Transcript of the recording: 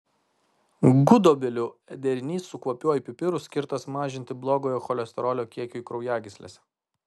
gudobelių derinys su kvapiuoju pipiru skirtas mažinti blogojo cholesterolio kiekiui kraujagyslėse